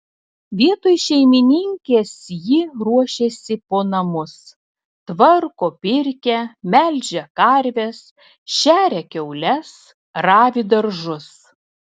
vietoj šeimininkės ji ruošiasi po namus tvarko pirkią melžia karves šeria kiaules ravi daržus